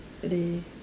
lay